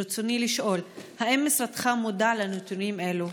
ברצוני לשאול: 1. האם משרדך מודע לנתונים אלו?